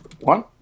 one